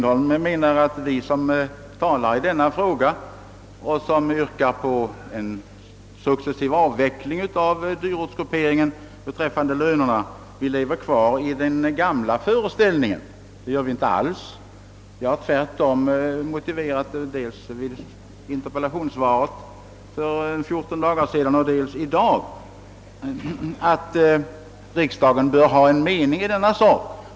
Herr talman! Herr Lindholm menar att vi som har yrkat på successiv avveckling av dyrortsgrupperingen i lönehänseende lever kvar i gamla föreställningar. Det gör vi inte alls. Jag har tvärtom, såväl då jag erhöll svar på en interpellation för fjorton dagar sedan som i dag, motiverat att riksdagen givetvis bör ha rätt att ha en uppfattning i denna sak.